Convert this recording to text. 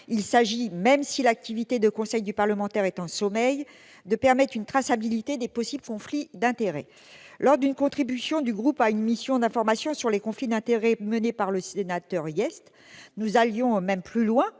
Il s'agit, même si l'activité de conseil du parlementaire est en sommeil, de permettre une traçabilité des possibles conflits d'intérêts. Au travers d'une contribution du groupe CRC à une mission d'information sur les conflits d'intérêts, menée par l'ancien sénateur Jean-Jacques Hyest, nous étions même allés plus loin